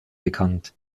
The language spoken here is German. bekannt